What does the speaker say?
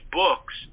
books